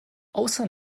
außer